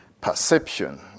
perception